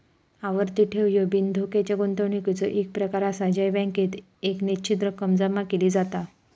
आवर्ती ठेव ह्यो बिनधोक्याच्या गुंतवणुकीचो एक प्रकार आसा जय बँकेत एक निश्चित रक्कम जमा केली जाता